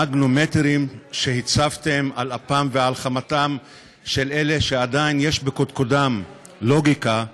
המגנומטרים שהצבתם על אפם ועל חמתם של אלה שעדיין יש בקודקודם לוגיקה,